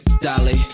Dolly